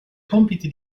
compiti